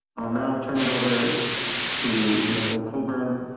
i'll now turn it over to nicole colburn,